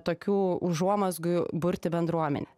tokių užuomazgų burti bendruomenę